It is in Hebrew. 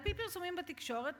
על-פי פרסומים בתקשורת,